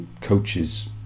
coaches